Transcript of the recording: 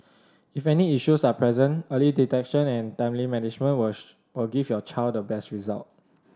if any issues are present early detection and timely management will give your child the best result